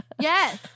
yes